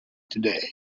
today